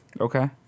Okay